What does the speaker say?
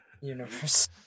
universe